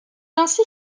ainsi